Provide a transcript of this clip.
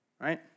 right